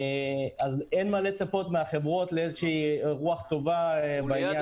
אין מה לצפות מהחברות לרוח טובה בעניין